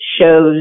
shows